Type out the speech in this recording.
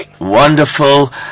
wonderful